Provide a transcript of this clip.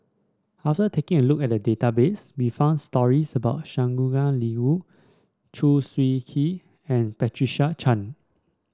after taking a look at the database we found stories about Shangguan Liuyun Choo Seng Quee and Patricia Chan